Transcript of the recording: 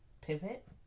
pivot